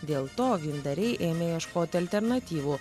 dėl to vyndariai ėmė ieškoti alternatyvų